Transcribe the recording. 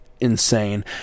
insane